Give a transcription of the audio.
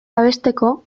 babesteko